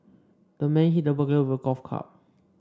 the man hit the burglar with a golf club